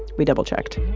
we double-checked